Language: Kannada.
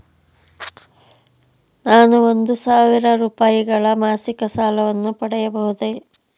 ನಾನು ಒಂದು ಸಾವಿರ ರೂಪಾಯಿಗಳ ಮಾಸಿಕ ಸಾಲವನ್ನು ಪಡೆಯಬಹುದೇ?